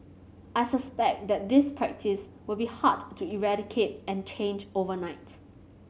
I suspect that this practice will be hard to eradicate and change overnight